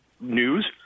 News